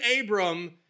Abram